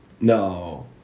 No